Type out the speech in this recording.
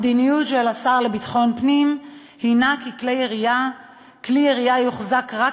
המדיניות של השר לביטחון פנים היא כי כלי ירייה יוחזק רק